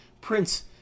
Prince